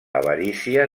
avarícia